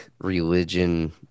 religion